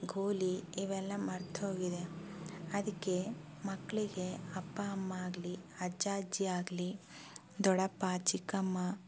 ಗೋಲಿ ಇವೆಲ್ಲ ಮರ್ತ್ಹೋಗಿದೆ ಅದಕ್ಕೆ ಮಕ್ಕಳಿಗೆ ಅಪ್ಪ ಅಮ್ಮ ಆಗಲಿ ಅಜ್ಜ ಅಜ್ಜಿ ಆಗಲಿ ದೊಡ್ಡಪ್ಪ ಚಿಕ್ಕಮ್ಮ